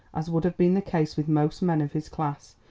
as would have been the case with most men of his class,